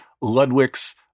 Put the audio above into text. Ludwig's